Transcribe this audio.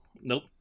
nope